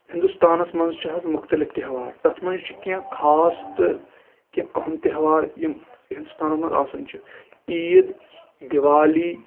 ہِنٛدُستانَس منٛز چھِ حظ مُختلِف تہوار تَتھ منٛز چھِ کیٚنٛہہ خاص تہٕ کیٚنٛہہ اہم تہوار یِم ہِندُستانَس منٛز آسان چھِ عیٖد دِوالی